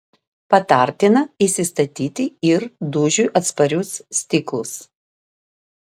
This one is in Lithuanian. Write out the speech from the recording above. patartina įsistatyti ir dūžiui atsparius stiklus